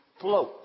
float